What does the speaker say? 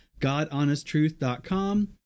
godhonesttruth.com